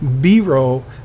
B-roll